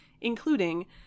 including